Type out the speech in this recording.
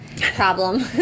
problem